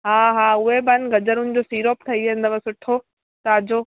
हा हा उहे बि आहिनि गजरुनि जो सीरो बि ठही वेंदव सुठो ताज़ो